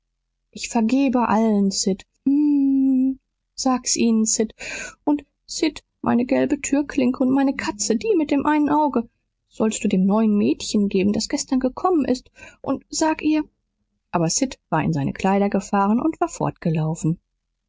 ich vergebe allen sid stöhnen sag's ihnen sid und sid meine gelbe türklinke und meine katze die mit dem einen auge sollst du dem neuen mädchen geben das gestern gekommen ist und sag ihr aber sid war in seine kleider gefahren und war fortgelaufen